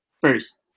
first